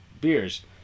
beers